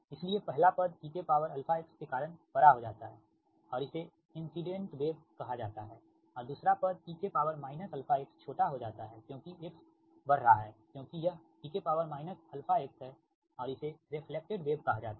इसीलिए पहला पद eαx के कारण बड़ा हो जाता है और इसे इंसिडेंट वेव कहा जाता है और दूसरा पद e αx छोटा हो जाता है क्योंकि x बढ़ रहा है क्योंकि यह e αx है और इसे रेफ्लेक्टेड वेव कहा जाता है